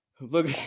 Look